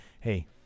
hey